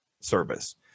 service